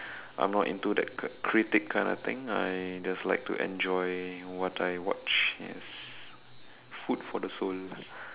I'm not into that c~ critic kind of thing I just like to enjoy what I watch yes food for the soul